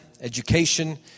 education